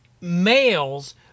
males